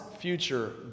future